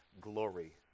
glory